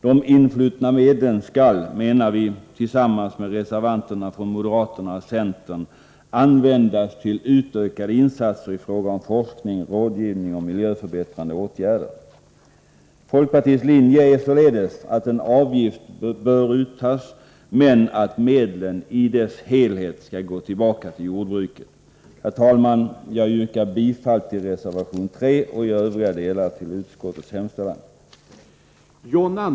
De influtna medlen skall, menar vi tillsammans med reservanterna från moderaterna och centern, användas till utökade insatser i fråga om forskning och rådgivning om miljöförbättrande åtgärder. Folkpartiets linje är således att en avgift bör uttas, men att medlen i sin helhet skall gå tillbaka till jordbruket. Herr talman! Jag yrkar bifall till reservation 3 och i övriga delar till utskottets hemställan.